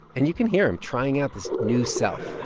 and you can hear him trying out this new self.